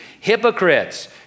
Hypocrites